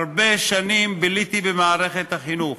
הרבה שנים ביליתי במערכת החינוך,